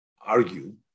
argue